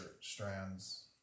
strands